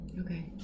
Okay